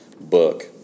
book